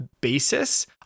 basis